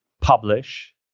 publish